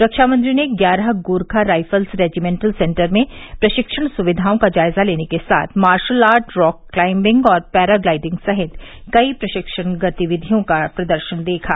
रक्षा मंत्री ने ग्यारह गोखा राईफल्स रेजिमेन्टल सेन्टर में प्रशिक्षण सुविधाओं का जायजा लेने के साथ मार्शल आर्ट रॉक क्लाइम्बिंग और पैरा ग्लाइडिंग सहित कई प्रशिक्षण गतिविधियों का प्रदर्शन देखा